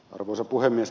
arvoisa puhemies